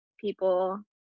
people